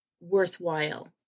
worthwhile